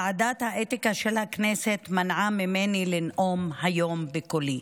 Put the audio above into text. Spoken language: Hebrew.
ועדת האתיקה של הכנסת מנעה ממני לנאום היום בקולי.